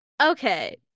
Okay